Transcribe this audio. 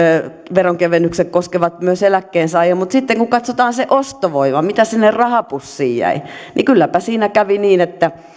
veronkevennykset koskevat myös eläkkeensaajia mutta sitten kun katsotaan se ostovoima mitä sinne rahapussiin jäi niin kylläpä siinä kävi niin että